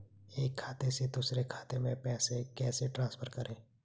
एक खाते से दूसरे खाते में पैसे कैसे ट्रांसफर करें?